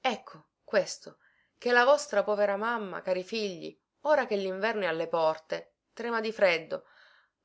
ecco questo che la vostra povera mamma cari figli ora che linverno è alle porte trema di freddo